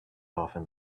often